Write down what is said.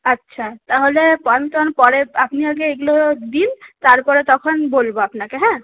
আচ্ছা তাহলে পরে আপনি আগে এগুলো দিন তারপরে তখন বলব আপনাকে হ্যাঁ